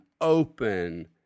open